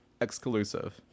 exclusive